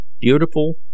beautiful